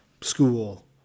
school